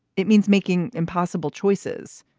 it means making impossible choices.